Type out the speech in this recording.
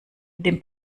dem